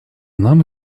нам